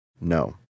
No